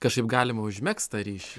kažkaip galima užmegzt tą ryšį